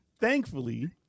thankfully